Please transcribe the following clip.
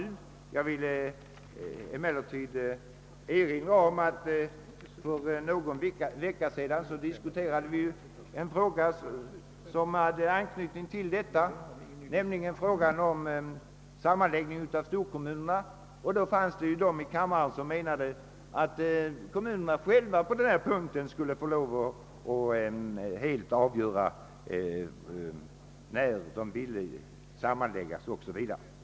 Jag vill emellertid erinra om att vi för någon vecka sedan diskuterade en fråga som har anknytning till det ärende vi nu debatterar, nämligen frågan om sammanläggning av storkommunerna. Vid det tillfället ansåg vissa talare att kommunerna själva helt skulle få avgöra när sammanläggning skulle ske o.s.v.